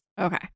Okay